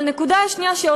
אבל הנקודה השנייה,